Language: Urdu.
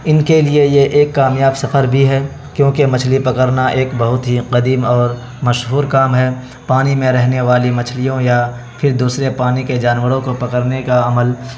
ان کے لیے یہ ایک کامیاب سفر بھی ہے کیونکہ مچھلی پکڑنا ایک بہت ہی قدیم اور مشہور کام ہے پانی میں رہنے والی مچھلیوں یا پھر دوسرے پانی کے جانوروں کو پکڑنے کا عمل